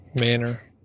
manner